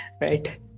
Right